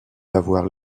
l’avoir